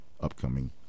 upcoming